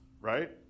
right